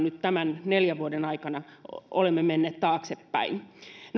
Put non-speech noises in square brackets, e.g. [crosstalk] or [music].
[unintelligible] nyt tämän neljän vuoden aikana olemme menneet taaksepäin